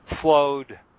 flowed